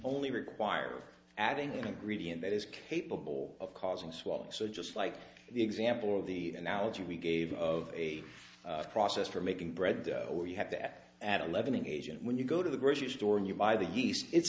only require adding in a greedy and that is capable of causing swelling so just like the example of the analogy we gave of a process for making bread or you have to add adam leavening agent when you go to the grocery store and you buy the yeast it's